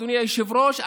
אדוני היושב-ראש,